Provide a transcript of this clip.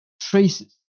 traces